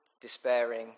despairing